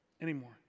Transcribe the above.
anymore